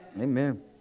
Amen